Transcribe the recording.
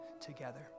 together